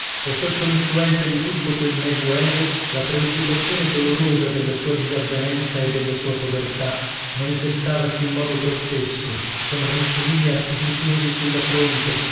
e sotto linfluenza di tutto quel medio evo la preoccupazione dolorosa della sua disavvenenza e della sua povertà manifestavasi in modo grottesco con ricciolini artificiosi sulla fronte